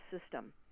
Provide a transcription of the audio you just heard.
system